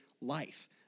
life